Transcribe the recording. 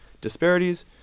disparities